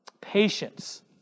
patience